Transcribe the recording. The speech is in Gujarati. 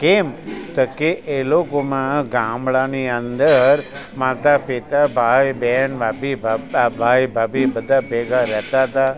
કેમ તો કહે એ લોકોમાં ગામડાની અંદર માતાપિતા ભાઈ બહેન ભાભી ભાઈ ભાભી બધાં ભેગાં રહેતાં હતાં